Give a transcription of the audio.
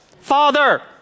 father